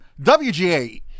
WGA